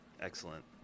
Excellent